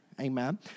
Amen